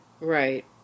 Right